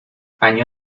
año